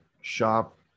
shop